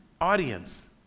audience